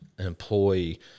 employee